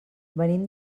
venim